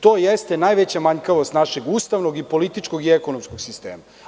To jeste najveća manjkavost našeg ustavnog i političkog i ekonomskog sistema.